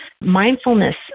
Mindfulness